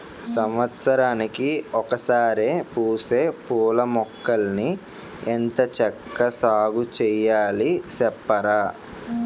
సంవత్సరానికి ఒకసారే పూసే పూలమొక్కల్ని ఎంత చక్కా సాగుచెయ్యాలి సెప్పరా?